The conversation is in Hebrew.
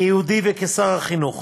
כיהודי, וכשר החינוך